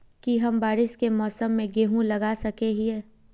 की हम बारिश के मौसम में गेंहू लगा सके हिए?